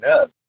up